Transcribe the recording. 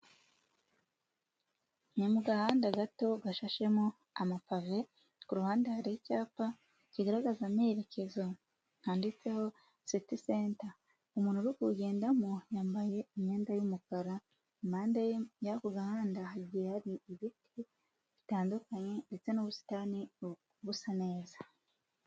ni mu gahanda gato gashashemo amapave kuhande hari icyapa kigaragaza emerekezo handitseho city center umuntu uri kuwu kugendamo yambaye imyenda y'umukara impande yako gahanda hari ibiti bitandukanye ndetse n'ubusitani busa neza